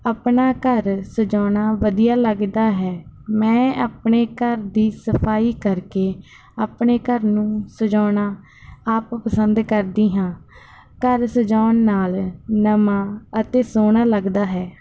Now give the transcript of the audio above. ਆਪਣਾ ਘਰ ਸਜਾਉਣਾ ਵਧੀਆ ਲੱਗਦਾ ਹੈ ਮੈਂ ਆਪਣੇ ਘਰ ਦੀ ਸਫ਼ਾਈ ਕਰਕੇ ਆਪਣੇ ਘਰ ਨੂੰ ਸਜਾਉਣਾ ਆਪ ਪਸੰਦ ਕਰਦੀ ਹਾਂ ਘਰ ਸਜਾਉਣ ਨਾਲ ਨਵਾਂ ਅਤੇ ਸੋਹਣਾ ਲੱਗਦਾ ਹੈ